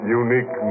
unique